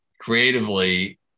creatively